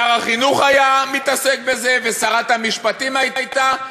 שר החינוך היה מתעסק בזה ושרת המשפטים הייתה,